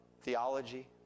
theology